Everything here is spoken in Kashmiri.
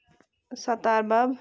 سَتار بَب